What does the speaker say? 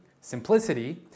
simplicity